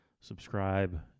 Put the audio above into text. subscribe